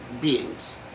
beings